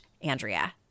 Andrea